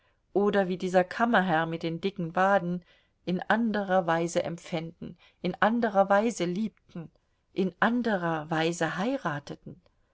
oder wie dieser kammerherr mit den dicken waden in anderer weise empfänden in anderer weise liebten in anderer weise heirateten